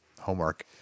homework